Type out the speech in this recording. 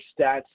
stats